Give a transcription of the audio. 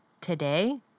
Today